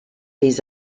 his